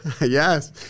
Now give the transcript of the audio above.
Yes